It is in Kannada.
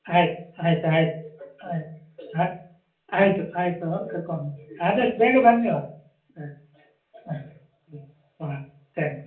ಆಯ್ತು ಆಯ್ತು ಆಯ್ತು ಆಯ್ತು ಆಯ್ತ್ ಆಯಿತು ಆಯಿತು ಕರ್ಕೊಂಡು ಆದಷ್ಟು ಬೇಗ ಬನ್ನಿ ಹ ಹಾಂ ಹಾಂ ತ್ಯಾಂಕ್ಸ್